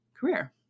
career